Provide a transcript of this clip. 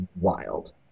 wild